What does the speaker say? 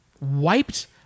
Wiped